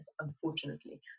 unfortunately